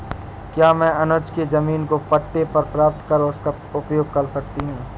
क्या मैं अनुज के जमीन को पट्टे पर प्राप्त कर उसका प्रयोग कर सकती हूं?